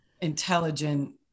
intelligent